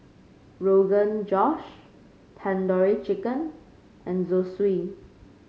Rogan Josh Tandoori Chicken and Zosui